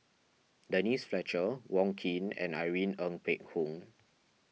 Denise Fletcher Wong Keen and Irene Ng Phek Hoong